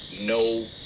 no